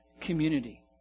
community